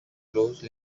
close